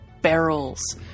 barrels